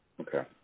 Okay